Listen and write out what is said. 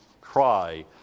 cry